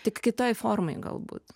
tik kitoj formoj galbūt